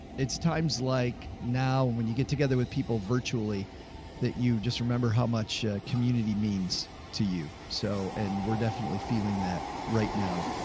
it's times like now when you get together with people virtually that you just remember how much a community means to you. so, and we're definitely feeling that right now.